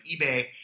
eBay